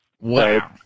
Wow